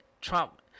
Trump